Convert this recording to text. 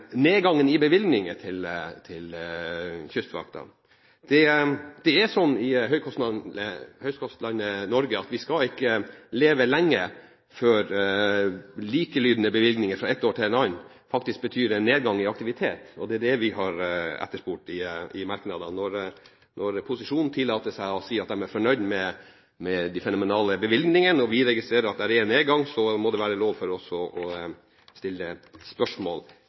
nedgangen i bevilgninger til Kystvakten. Det er slik i høykostlandet Norge at vi skal ikke leve lenge før likelydende bevilgninger fra ett år til et annet faktisk betyr en nedgang i aktivitet, og det er det vi har etterspurt i merknadene. Når posisjonen tillater seg å si at de er fornøyd med de fenomenale bevilgningene, og vi registrerer at det er nedgang, må det være lov for oss å stille spørsmål